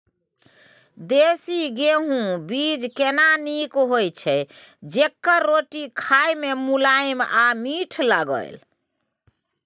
देसी गेहूँ बीज केना नीक होय छै जेकर रोटी खाय मे मुलायम आ मीठ लागय?